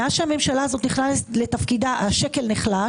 מאז שהממשלה הזאת נכנסה לתפקידה השקל נחלש,